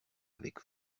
avec